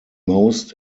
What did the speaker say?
most